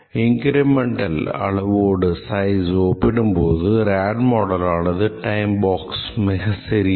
இன்கிரிமென்டின் அளவோடு ஒப்பீடும் போது ரேடு மாடலானது time box மிகச் சிறியது